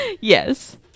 Yes